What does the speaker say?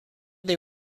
they